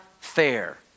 fair